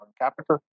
capital